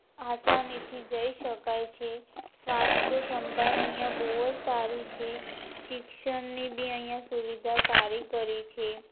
આસાનીથી જઈ શકાય છે સ્વાસ્થ્ય સંભાળ અહીં બહુ જ સારી છે શિક્ષણની બી અહીં સુવિધા સારી કરી છે